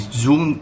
zoom